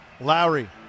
Lowry